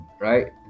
right